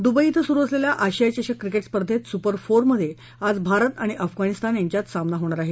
Dubai इथं सुरु असलेल्या आशिया चषक क्रिकेट स्पर्धेत सुपर फोरमध्ये आज भारत आणि अफगाणिस्तान यांच्यात सामना होणार आहे